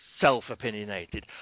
self-opinionated